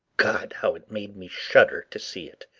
god, how it made me shudder to see it!